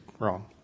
wrong